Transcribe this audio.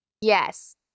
Yes